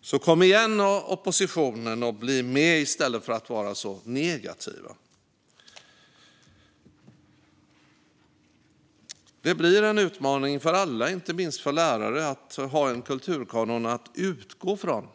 Så kom igen, oppositionen: Bli med i stället för att vara så negativa! Det blir en utmaning för alla, inte minst för lärare, att ha en kulturkanon att utgå ifrån.